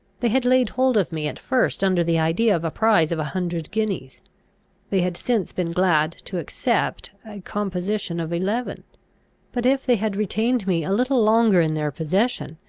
they had laid hold of me at first under the idea of a prize of a hundred guineas they had since been glad to accept a composition of eleven but if they had retained me a little longer in their possession,